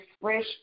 fresh